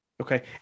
Okay